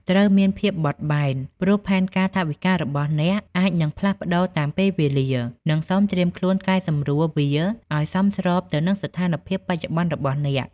ត្រូវមានភាពបត់បែន ព្រោះផែនការថវិការបស់អ្នកអាចនឹងផ្លាស់ប្តូរតាមពេលវេលា និងសូមត្រៀមខ្លួនកែសម្រួលវាឱ្យសមស្របទៅនឹងស្ថានភាពបច្ចុប្បន្នរបស់អ្នក។